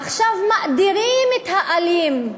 עכשיו מאדירים את האלים,